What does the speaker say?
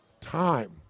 time